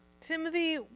Timothy